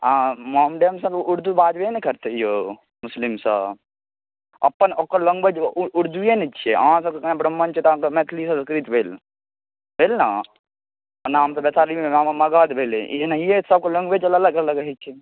आओर मोहम्मडनसब उर्दू बाजबे ने करतै औ मुसलिमसब अपन ओकर लैँग्वेज उर्दुए ने छिए अहाँसब जेना ब्राह्मण छिए अहाँसबके मैथिली आओर संस्कृत भेल भेल ने एना हमसब वैशालीमे मगध भेलै एनाहिए सबके लैँग्वेज अलग अलग रहै छै